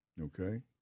Okay